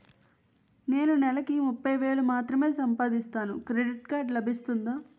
నేను నెల కి ముప్పై వేలు మాత్రమే సంపాదిస్తాను క్రెడిట్ కార్డ్ లభిస్తుందా?